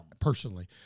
Personally